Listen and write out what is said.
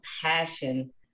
passion